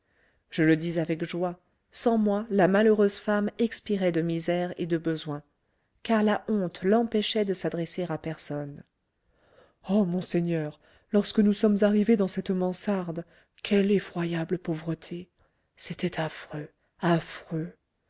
je le dis avec joie sans moi la malheureuse femme expirait de misère et de besoin car la honte l'empêchait de s'adresser à personne ah monseigneur lorsque nous sommes arrivés dans cette mansarde quelle effroyable pauvreté c'était affreux affreux